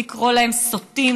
לקרוא להם סוטים,